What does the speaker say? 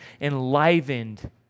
enlivened